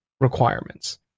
requirements